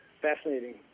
fascinating